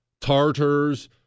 Tartars